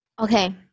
Okay